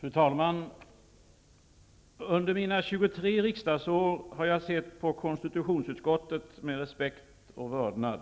Fru talman! Under mina 23 riksdagsår har jag sett på KU med respekt och vördnad.